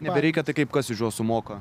nebereikia tai kaip kas iš jo sumoka